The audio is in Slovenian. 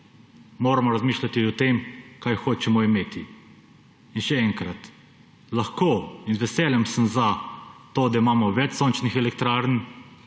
moramo razmišljati o tem, kaj hočemo imeti. In še enkrat, lahko in z veseljem sem za to, da imamo več sončnih elektrarn,